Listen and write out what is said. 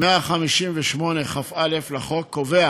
סעיף 158כא לחוק קובע